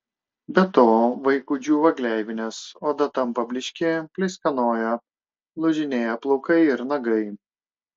be to vaikui džiūva gleivinės oda tampa blykši pleiskanoja lūžinėja plaukai ir nagai